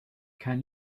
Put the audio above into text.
can